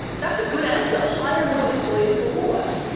that's a good answer, hire more employees for woolworths.